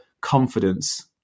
confidence